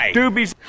doobies